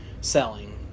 selling